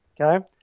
Okay